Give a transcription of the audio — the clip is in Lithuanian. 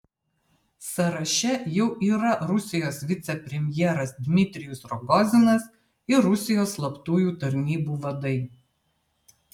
sąraše jau yra rusijos vicepremjeras dmitrijus rogozinas ir rusijos slaptųjų tarnybų vadai